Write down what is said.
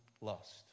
lost